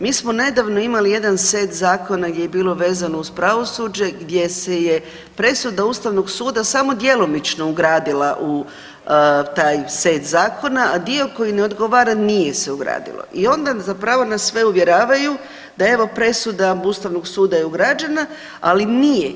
Mi smo nedavno imali jedan set zakona gdje je bilo vezano uz pravosuđe gdje se je presuda Ustavnog suda samo djelomično ugradila u taj set zakona, a dio koji ne odgovara nije se ugradilo i onda zapravo nas sve uvjeravaju da evo presuda Ustavnog suda je ugrađena, ali nije.